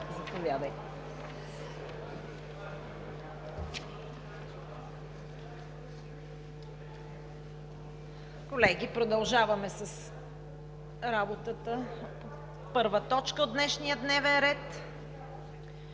Колеги, продължаваме с работата. Първа точка от днешния дневен ред: